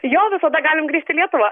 jo visada galim grįžt į lietuvą